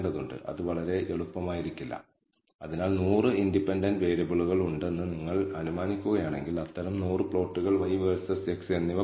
അതാണ് ഈ പദപ്രയോഗം അർത്ഥമാക്കുന്നത് ഈ പരീക്ഷണം നമ്മൾ ഉരുത്തിരിഞ്ഞ കണക്കുകളുടെ ശരാശരിയുടെ പലമടങ്ങ് ആവർത്തിക്കുകയാണെങ്കിൽ യഥാർത്ഥത്തിൽ പ്രതിനിധീകരിക്കുന്നത് ശരിയായതിന്റെ മികച്ച പ്രതിനിധാനമായിരിക്കും